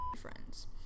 ...friends